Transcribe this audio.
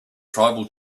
tribal